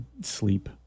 sleep